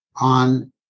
on